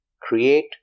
create